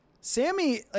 Sammy